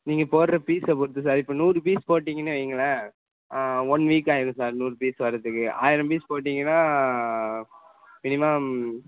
நீங்கள் போடுற பீஸை பொருத்து சார் இப்போ நூறு பீஸ் போட்டிங்கன்னு வைங்களேன் ஒன் வீக் ஆயிடும் சார் நூறு பீஸ் வரத்துக்கு ஆயிரம் பீஸ் போட்டிங்கன்னால் மினிமம்